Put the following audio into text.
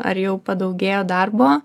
ar jau padaugėjo darbo